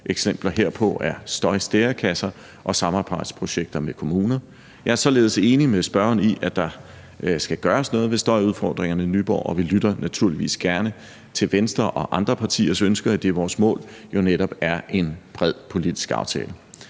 eksempler herpå er støjstærekasser og samarbejdsprojekter med kommuner. Jeg er således enig med spørgeren i, at der skal gøres noget ved støjudfordringerne i Nyborg, og vi lytter naturligvis gerne til Venstres og andre partiers ønsker, idet vores mål jo netop er en bred politisk aftale.